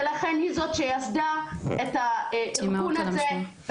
ולכן היא זאת שיסדה את הארגון הזה,